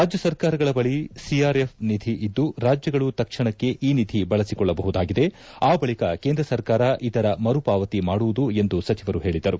ರಾಜ್ಯ ಸರ್ಕಾರಗಳ ಬಳಿ ಸಿಆರ್ಎಫ್ ನಿಧಿ ಇದ್ದು ರಾಜ್ಯಗಳು ತಕ್ಷಣಕ್ಕೆ ಈ ನಿಧಿ ಬಳಸಿಕೊಳ್ಳಬಹುದಾಗಿದೆ ಆ ಬಳಿಕ ಕೇಂದ್ರ ಸರ್ಕಾರ ಇದರ ಮರುಪಾವತಿ ಮಾಡುವುದು ಎಂದು ಸಚಿವರು ತಿಳಿಸಿದರು